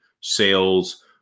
sales